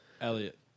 Elliot